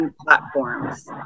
platforms